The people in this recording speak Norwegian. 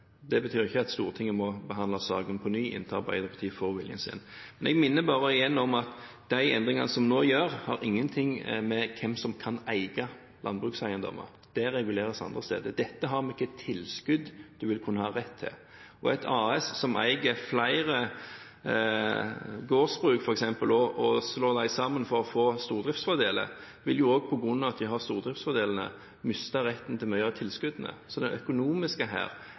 Det betyr ikke at Stortinget må behandle saken på ny inntil Arbeiderpartiet får viljen sin. Jeg minner bare igjen om at de endringene som en nå gjør, har ingenting med hvem som kan eie landbrukseiendommer, å gjøre. Det reguleres andre steder. Dette har med hva slags tilskudd man vil kunne ha rett til. Et AS som eier flere gårdsbruk, f.eks., og slår dem sammen for å få stordriftsfordeler, vil jo på grunn av at de har stordriftsfordelene, miste retten til mye av tilskuddene. Så det økonomiske her